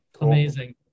Amazing